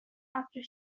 after